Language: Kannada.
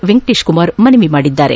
ವೆಂಕಟೇಶ್ ಕುಮಾರ್ ಮನವಿ ಮಾಡಿದ್ದಾರೆ